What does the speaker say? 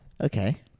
Okay